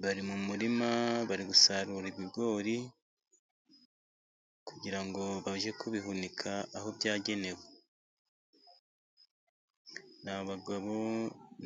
Bari mu murima, bari gusarura ibigori kugira ngo bajye kubihunika aho byagenewe. Ni abagabo,